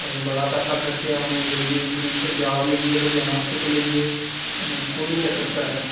उन्नै बड़ा पैसा खर्चेआ ओन्नू लेइयै इद्धरूं पंजाब लेई गे लुधियाना हास्पिटल लेई गे उन्नै फुल चेकअप कराया